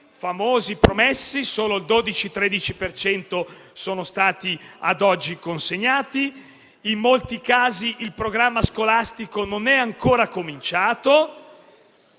banchi promessi (solo il 12-13 per cento sono stati ad oggi consegnati). In molti casi il programma scolastico non è ancora cominciato,